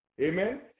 Amen